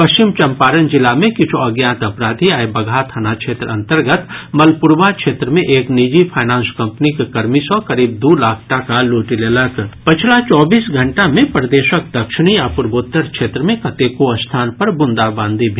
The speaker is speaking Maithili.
पश्चिम चंपारण जिला मे किछु अज्ञात अपराधी आइ बगहा थाना क्षेत्र अंतर्गत मलपुरवा क्षेत्र मे एक निजी फायनांस कंपनीक कर्मी सॅ करीब दू लाख टाका लूटि लेलक पछिला चौबीस घंटा मे प्रदेशक दक्षिणी आ पूर्वोत्तर क्षेत्र मे कतेको स्थान पर बूंदाबांदी भेल